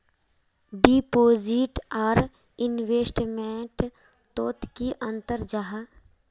Deposit आर investment तोत की अंतर जाहा?